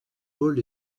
paul